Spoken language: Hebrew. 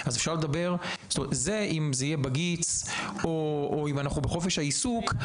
אם זה יהיה בגיץ או אם אנחנו בחופש העיסוק,